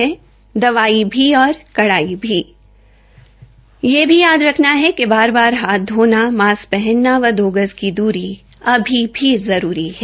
दवाई भी और कड़ाई भी यह भी याद रखना है कि बार बार हाथ धामा मास्क पहनना व दा गज की दूरी अभी भी जरूरी है